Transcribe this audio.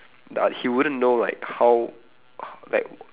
but he wouldn't like how h~ like